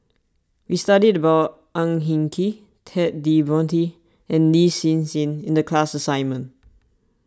we studied about Ang Hin Kee Ted De Ponti and Lin Hsin Hsin in the class assignment